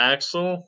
Axel